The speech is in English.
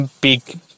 big